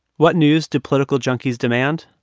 what news do political junkies demand?